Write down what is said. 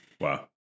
Wow